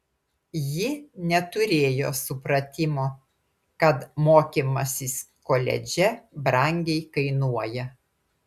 ji neturėjo supratimo kad mokymasis koledže brangiai kainuoja